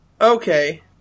okay